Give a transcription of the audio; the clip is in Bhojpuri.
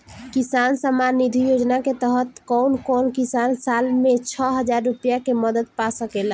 किसान सम्मान निधि योजना के तहत कउन कउन किसान साल में छह हजार रूपया के मदद पा सकेला?